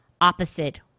opposite